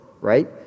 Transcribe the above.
right